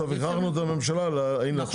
בסוף הכרחנו את הממשלה הנה,